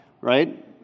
right